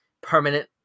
permanent